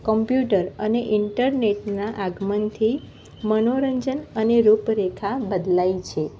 computer અને ઇન્ટરનેટના આગમનથી મનોરંજન અને રૂપરેખા બદલાઈ છે